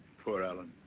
poor allen.